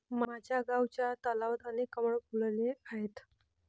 माझ्या गावच्या तलावात अनेक कमळ फुलले आहेत